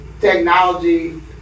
technology